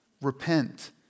repent